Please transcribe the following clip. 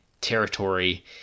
territory